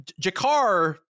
Jakar